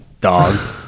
dog